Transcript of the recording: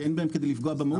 שאין בהם כדי לפגוע במהות.